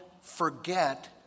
forget